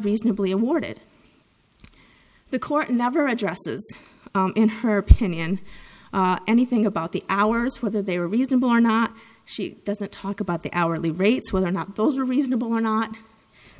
reasonably awarded the court never addresses in her opinion anything about the hours whether they were reasonable or not she doesn't talk about the hourly rates whether or not both are reasonable or not